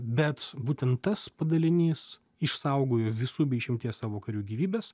bet būtent tas padalinys išsaugojo visų be išimties savo karių gyvybes gyvybes